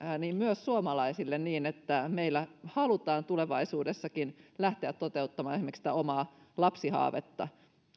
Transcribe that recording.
myös suomalaisille niin että meillä halutaan tulevaisuudessakin lähteä toteuttamaan esimerkiksi omaa lapsihaavetta